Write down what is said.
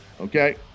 okay